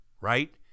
right